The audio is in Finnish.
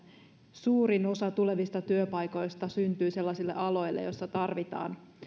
suurin osa tulevista työpaikoista syntyy sellaisille aloille joilla tarvitaan